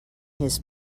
his